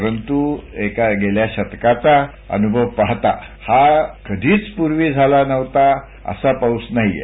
परंतु गेल्या एका शतकाचा अनुभव पाहता हा कधीच पूर्वी झाला नव्हता असा पाऊस नाहीय